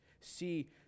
see